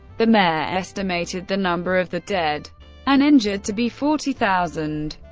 the mayor estimated the number of the dead and injured to be forty thousand.